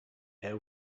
air